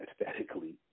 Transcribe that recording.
Aesthetically